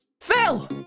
Phil